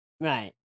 Right